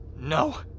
no